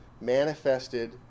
manifested